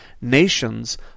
nations